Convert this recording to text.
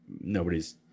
nobody's